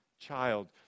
child